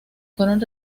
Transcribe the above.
fueron